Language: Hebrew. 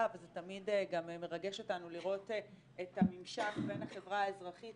וזה תמיד גם מרגש אותנו לראות את הממשק בין החברה האזרחית